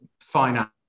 finance